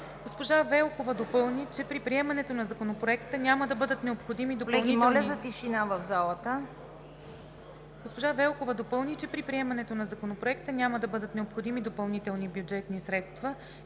Госпожа Велкова допълни, че при приемането на Законопроекта няма да бъдат необходими допълнителни бюджетни средства,